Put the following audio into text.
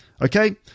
Okay